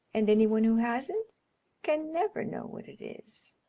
and any one who hasn't can never know what it is.